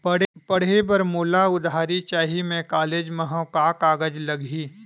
पढ़े बर मोला उधारी चाही मैं कॉलेज मा हव, का कागज लगही?